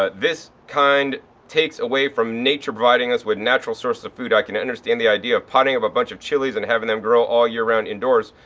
but this kind takes away from nature providing us with natural sources of food. i can understand the idea of potting up a bunch of chilies and having them grow all year round indoors.